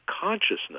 consciousness